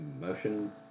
motion